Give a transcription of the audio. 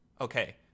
Okay